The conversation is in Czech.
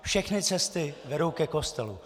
Všechny cestou vedou ke kostelu.